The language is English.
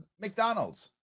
McDonald's